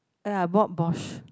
ah I Bosch